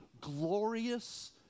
glorious